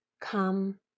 come